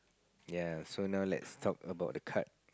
ya so now let's talk about the card